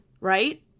Right